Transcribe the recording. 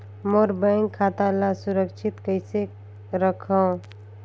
मोर bank खाता ला सुरक्षित कइसे रखव?